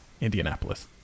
Indianapolis